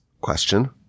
question